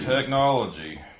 technology